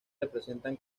representan